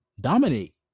dominate